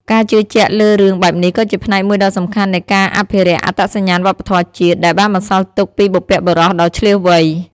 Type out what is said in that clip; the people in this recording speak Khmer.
ការជឿជាក់លើរឿងបែបនេះក៏ជាផ្នែកមួយដ៏សំខាន់នៃការអភិរក្សអត្តសញ្ញាណវប្បធម៌ជាតិ ដែលបានបន្សល់ទុកពីបុព្វបុរសដ៏ឈ្លាសវៃ។